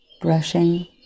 brushing